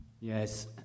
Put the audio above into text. Yes